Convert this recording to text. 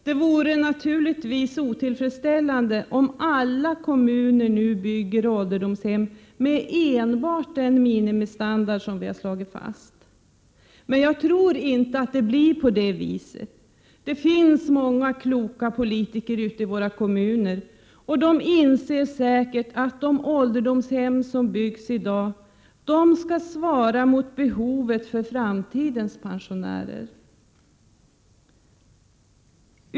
Det vore naturligtvis otillfredsställande om alla kommuner nu bygger ålderdomshem med enbart den minimistandard som vi har bestämt oss för, men jag tror inte att det blir på det viset. Det finns i våra kommuner många kloka politiker, som säkert inser att de ålderdomshem som byggs i dag skall tillfredsställa behov som framtidens pensionärer kommer att ha.